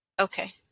Okay